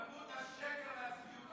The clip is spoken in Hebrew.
צביעות, כמות השקר והצביעות